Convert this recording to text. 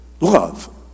love